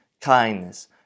kindness